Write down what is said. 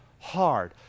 hard